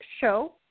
show